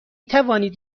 توانید